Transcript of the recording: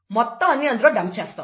మొత్తం అన్ని అందులో డంప్ చేస్తాం